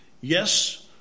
Yes